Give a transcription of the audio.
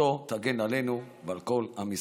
זכותו תגן עלינו ועל כל עם ישראל.